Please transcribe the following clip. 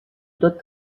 tot